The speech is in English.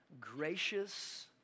gracious